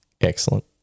Excellent